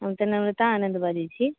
हम तऽ नम्रता आनन्द बजैत छी